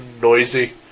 noisy